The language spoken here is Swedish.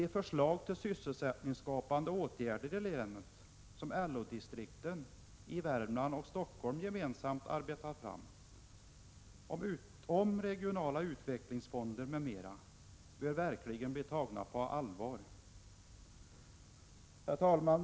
De förslag till sysselsättningsskapande åtgärder i länet som LO-distrikten i Värmland och Stockholm gemensamt arbetat fram, som gäller regionala utvecklingsfonder m.m., bör verkligen bli tagna på allvar. Herr talman!